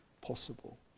possible